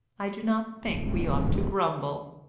i do not think we ought to grumble.